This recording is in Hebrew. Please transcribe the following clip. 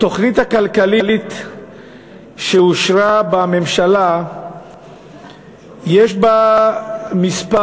התוכנית הכלכלית שאושרה בממשלה יש בה כמה